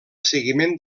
seguiment